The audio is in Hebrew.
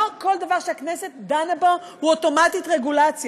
לא כל דבר שהכנסת דנה בו הוא אוטומטית רגולציה.